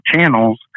channels